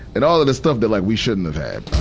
and all of this stuff that like we shouldn't've had, um,